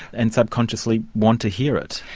and subconsciously want to hear it.